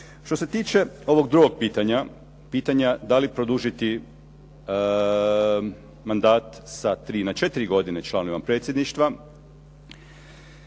Što se tiče ovog drugog pitanja, pitanja da li produžiti mandat sa 3 na 4 godine članovima predsjedništva,